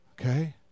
Okay